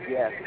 Yes